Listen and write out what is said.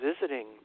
visiting